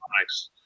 nice